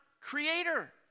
creator